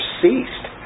ceased